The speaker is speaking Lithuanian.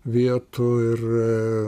vietų ir